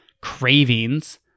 cravings